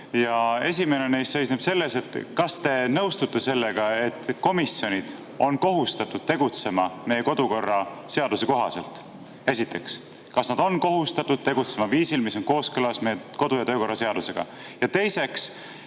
Esimene neist seisneb selles, kas te nõustute sellega, et komisjonid on kohustatud tegutsema meie kodukorraseaduse kohaselt. Kas nad on kohustatud tegutsema viisil, mis on kooskõlas kodu- ja töökorra seadusega? Ja teiseks: